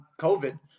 COVID